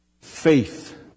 Faith